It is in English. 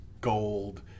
gold